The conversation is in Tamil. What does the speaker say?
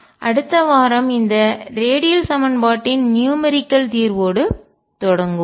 அடுத்த வாரம் இந்த ரேடியல் சமன்பாட்டின் நியூமெரிக்கல்எண்ணியல் சார்ந்த தீர்வோடு தொடங்குவோம்